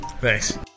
thanks